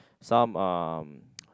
some um